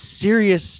serious